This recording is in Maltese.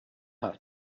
ħadd